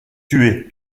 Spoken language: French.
tué